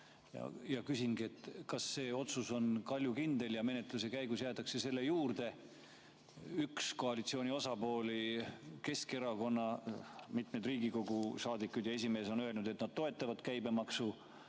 Ma küsingi: kas see otsus on kaljukindel ja menetluse käigus jäädakse selle juurde? Üks koalitsiooni osapooli, Keskerakond on mitme Riigikogu saadiku ja esimehe suu läbi öelnud, et nad toetavad käibemaksu